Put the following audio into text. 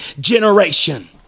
generation